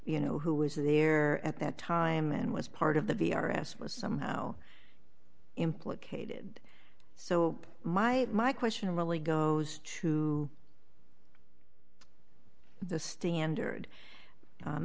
you know who was there at that time and was part of the v r s was somehow implicated so my my question really goes to the standard